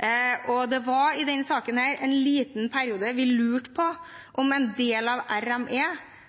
Det var i denne saken en liten periode vi lurte på om en del av